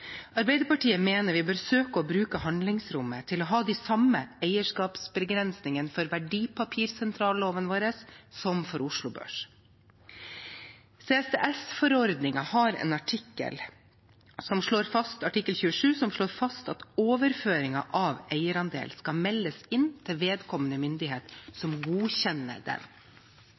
Arbeiderpartiet mener vi bør søke å bruke handlingsrommet til å ha de samme eierskapsbegrensningene for verdipapirsentralloven vår som for Oslo Børs. CSDR-forordningen slår i artikkel 27 fast at overføringer av eierandeler skal meldes inn til vedkommende myndighet som godkjenner den.